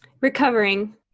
Recovering